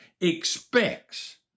expects